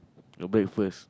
your breakfast